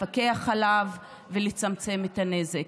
לפקח עליו ולצמצם את הנזק.